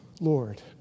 Lord